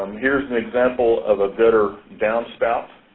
um here's an example of a gutter downspout,